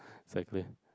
exactly